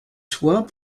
soins